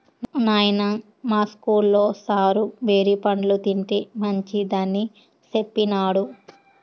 నాయనా, మా ఇస్కూల్లో సారు బేరి పండ్లు తింటే మంచిదని సెప్పినాడు